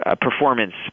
performance